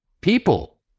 people